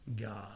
God